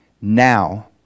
Now